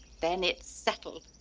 then it's settled.